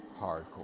hardcore